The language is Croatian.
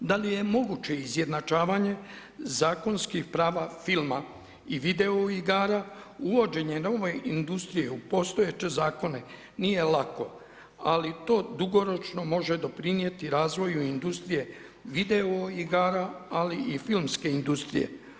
Da li je moguće izjednačavanje zakonskih prava filma i video igara, uvođenje nove industrije u postojeće zakone nije lako ali to dugoročno može doprinijeti razvoju industrije video igara ali i filmske industrije.